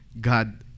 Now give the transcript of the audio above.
God